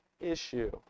issue